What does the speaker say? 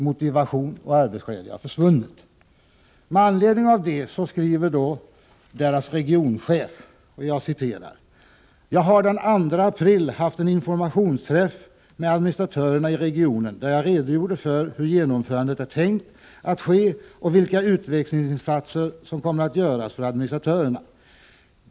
Motivation och arbetsglädje har försvunnit.” Med anledning av detta uttalande skrev regionchefen bl.a. följande till generaldirektören: ”Jag har den 2 april haft en informationsträff med administratörerna i regionen, där jag redogjorde för hur genomförandet är tänkt att ske och vilka utvecklingsinsatser som kommer att göras för administratörerna.